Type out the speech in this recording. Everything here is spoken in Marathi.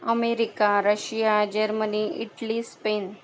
America Russia Germany Italy Spain